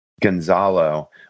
Gonzalo